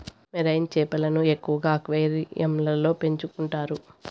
marine చేపలను ఎక్కువగా అక్వేరియంలలో పెంచుకుంటారు